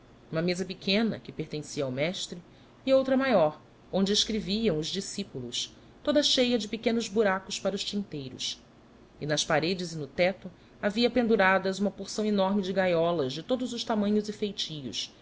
uma mesa pequena que pertencia ao mestre e outra maior onde escreviam os discípulos toda cheia de pequenos buracos para os tinteiros nas paredes e no tecto havia penduradas uma porção enorme de gaiolas de todos os tamanhos e feitios